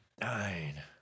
nine